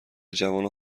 جوانان